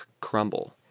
crumble